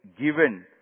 given